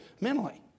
mentally